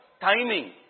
timing